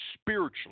spiritually